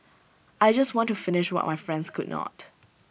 I just want to finish what my friends could not